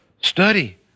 study